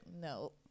No